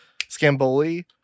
Scamboli